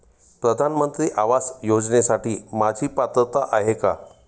प्रधानमंत्री आवास योजनेसाठी माझी पात्रता आहे का?